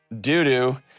doo-doo